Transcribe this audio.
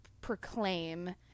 proclaim